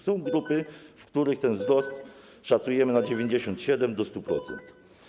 Są grupy, w których ten wzrost szacujemy na 97 do 100%.